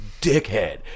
dickhead